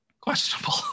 questionable